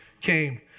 came